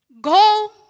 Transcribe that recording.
Go